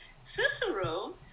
Cicero